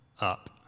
up